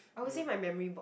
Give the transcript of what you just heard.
I using my memory book